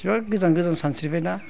बेसेबां गोजान गोजान सानस्रिबायना